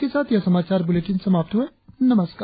इसी के साथ यह समाचार बुलेटिन समाप्त हुआ नमस्कार